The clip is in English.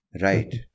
Right